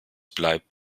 bleibt